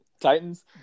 Titans